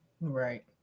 Right